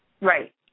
Right